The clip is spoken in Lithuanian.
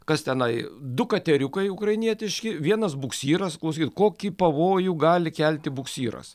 kas tenai du kateriukai ukrainietiški vienas buksyras ir kokį pavojų gali kelti buksyras